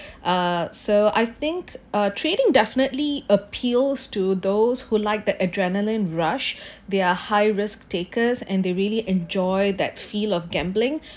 uh so I think uh trading definitely appeals to those who liked the adrenaline rush they are high risk takers and they really enjoy that feel of gambling